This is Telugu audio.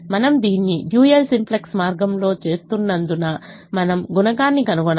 మనము దీన్ని డ్యూయల్ సింప్లెక్స్ మార్గంలో చేస్తున్నందున మనం గుణకాన్ని కనుగొనాలి